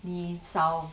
你少